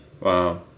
Wow